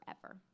forever